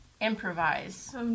improvise